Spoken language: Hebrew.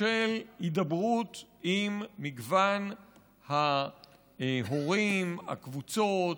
של הידברות עם מגוון ההורים, הקבוצות,